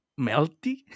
melty